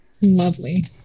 Lovely